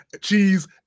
cheese